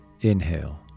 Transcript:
inhale